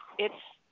it's